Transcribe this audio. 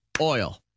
Oil